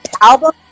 album